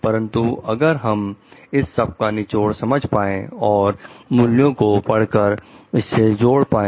परंतु अगर हम इस का निचोड़ समझ पाए और मूल्यों को पढ़कर इससे जोड़ पाए